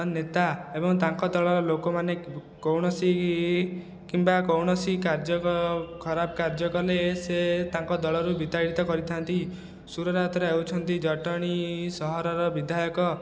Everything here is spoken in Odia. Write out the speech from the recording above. ନେତା ଏବଂ ତାଙ୍କ ଦଳର ଲୋକମାନେ କୌଣସି କିମ୍ବା କୌଣସି କାର୍ଯ୍ୟ ଖରାପ କାର୍ଯ୍ୟ କଲେ ସେ ତାଙ୍କ ଦଳରୁ ବିତାଡ଼ିତ କରିଥା'ନ୍ତି ସୁର ରାଉତରାୟ ହେଉଛନ୍ତି ଜଟଣୀ ସହରର ବିଧାୟକ